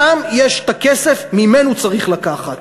שם יש כסף, ממנו צריך לקחת.